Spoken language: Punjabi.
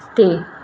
ਤੇ